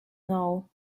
know